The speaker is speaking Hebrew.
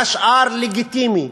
והשאר לגיטימי,